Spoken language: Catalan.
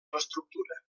l’estructura